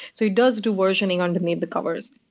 so does do versioning underneath the covers.